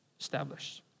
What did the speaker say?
established